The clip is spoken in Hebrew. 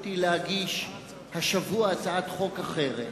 יכולתי להגיש השבוע הצעת חוק אחרת,